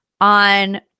on